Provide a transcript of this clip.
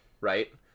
Right